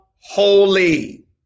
holy